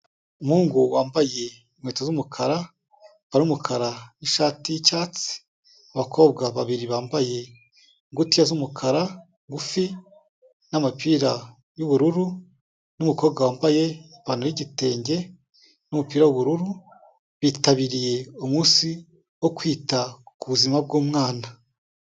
Umuhungu wambaye inkweto z'umukara, ipantaro y'umukara n'ishati y'icyatsi, abakobwa babiri bambaye ingutiya z'umukara ngufi, n'imipira y'ubururu, n'umukobwa wambaye ipantaro y'igitenge n'umupira w'ubururu, bitabiriye umunsi wo kwita ku buzima bw'umwana.